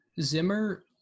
Zimmer